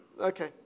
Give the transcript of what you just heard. Okay